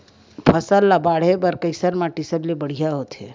फसल ला बाढ़े बर कैसन माटी सबले बढ़िया होथे?